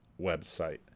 website